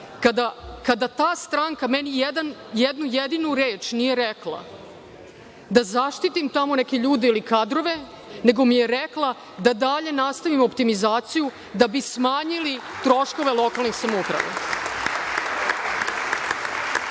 kada ta stranka meni jednu jedinu reč nije rekla da zaštitim tamo neke ljude ili kadrove, nego mi je rekla da dalje nastavim optimizaciju da bi smanjili troškove lokalnih samouprava.